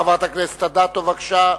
חברת הכנסת אדטו, בבקשה.